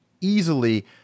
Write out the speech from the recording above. easily